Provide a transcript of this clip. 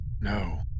No